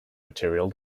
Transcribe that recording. material